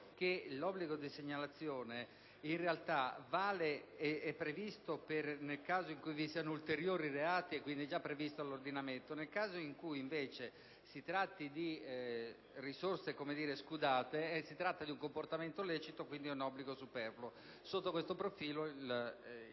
l'obbligo di segnalazione è previsto nel caso in cui vi siano ulteriori reati, e quindi è già previsto dall'ordinamento. Nel caso in cui invece si tratti di risorse scudate, si tratta di un comportamento lecito, quindi l'obbligo diventa superfluo. Sotto questo profilo,